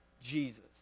Jesus